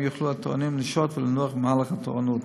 יוכלו התורנים לשהות ולנוח במהלך התורנות.